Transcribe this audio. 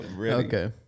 Okay